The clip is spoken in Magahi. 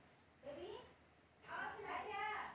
नाशपाती हरे रंग का फल होवअ हई